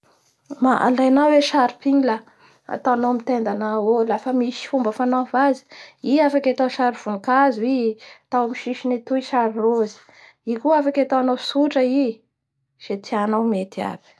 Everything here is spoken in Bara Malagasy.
Ma-alainao echarpe igny la ataonao amin'ny tendanao eo lafa misy fomba fanaova azy, i afaky atao sary vonikazo i, atao amin'ny sisiny atao sary rose, i koa afaky ataonao tsotra i, izay tianao mety aby.